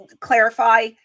clarify